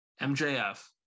MJF